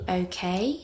okay